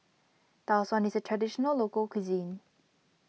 Tau Suan is a Traditional Local Cuisine